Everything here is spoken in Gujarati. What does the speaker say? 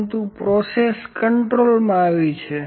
પરંતુ પ્રક્રિયા કન્ટ્રોલમાં આવી છે